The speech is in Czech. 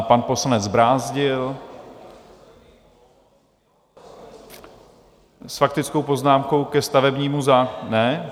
Pan poslanec Brázdil s faktickou poznámkou ke stavebnímu zákonu ne.